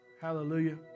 Hallelujah